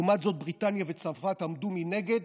לעומת זאת בריטניה וצרפת עמדו מנגד,